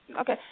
okay